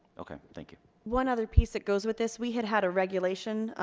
okay. thank you. one other piece that goes with this. we had had a regulation,